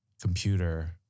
computer